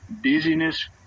dizziness